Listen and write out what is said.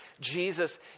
Jesus